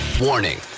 Warning